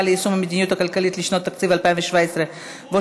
ליישום המדיניות הכלכלית לשנות התקציב 2017 ו-2018)